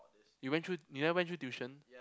you went through you never went through tuition